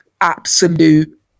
absolute